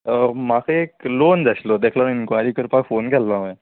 म्हाका एक लोन जाय आशिल्लो ताका लागोन इन्क्वायरी करपाक फोन केल्लो हांवें